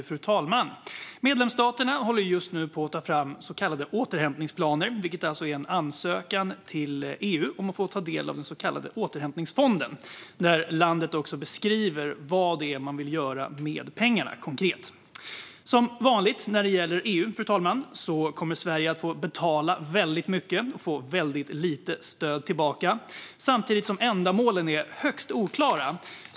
Fru talman! Medlemsstaterna håller just nu på att ta fram så kallade återhämtningsplaner, det vill säga en ansökan till EU om att få ta del av den så kallade återhämtningsfonden. Landet beskriver konkret vad man vill göra med pengarna. Som vanligt när det gäller EU, fru talman, kommer Sverige att få betala mycket och få lite stöd tillbaka. Samtidigt är ändamålen högst oklara.